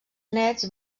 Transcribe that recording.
néts